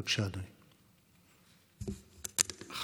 בבקשה, אדוני.